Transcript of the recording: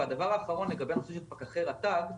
הדבר האחרון לגבי הנושא של פקחי רט"ג.